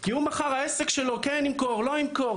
כי הוא מחר אולי בעסק שלו כן ימכור או לא ימכור,